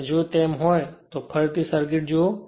તેથી જો તેમ હોય તો ફરીથી સર્કિટજુઓ